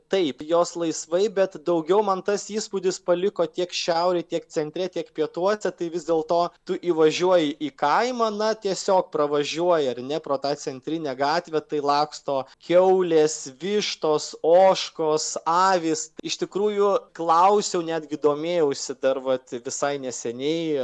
taip jos laisvai bet daugiau man tas įspūdis paliko tiek šiaurėj tiek centre tiek pietuose tai vis dėl to tu įvažiuoji į kaimą na tiesiog pravažiuoji ir ne pro tą centrinę gatvę tai laksto kiaulės vištos ožkos avys iš tikrųjų klausiau netgi domėjausi dar vat visai neseniai